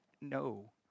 No